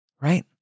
right